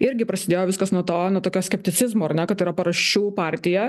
irgi prasidėjo viskas nu to nuo tokio skepticizmo ar ne kad tai yra paraščių partija